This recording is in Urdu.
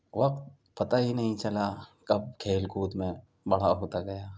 وقت پتہ ہی نہیں چلا کب کھیل کود میں بڑا ہوتا گیا